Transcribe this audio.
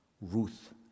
Ruth